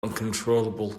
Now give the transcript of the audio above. uncontrollable